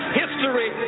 history